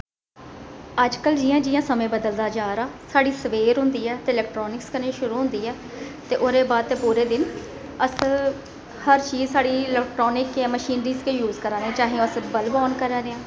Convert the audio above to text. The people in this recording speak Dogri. अज्जकल जियां जियां समें बदलदा जा दा साढ़ी सवेर होंदी ऐ ते एलेक्ट्राॅनिक्स कन्नै शुरू होंदी ऐ ते ओहदे बाद ते पूरे दिन अस हर चीज साढ़ी इलेक्ट्राॅनिक्स मशीनरी गै यूज करा ने आंं चाहे अस बल्ब आन करां दे आं